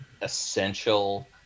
essential